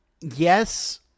Yes